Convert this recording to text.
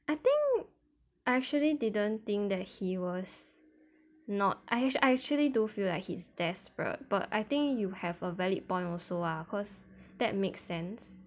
I think I actually didn't think that he was not I I actually do feel like he's desperate but I think you have a valid point of also ah cause that makes sense